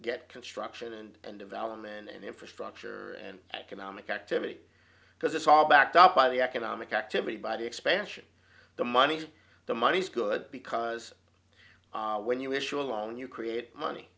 get construction and development and infrastructure and economic activity because it's all backed up by the economic activity by the expansion the money the money's good because when you issue a loan you create money